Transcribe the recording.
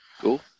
Cool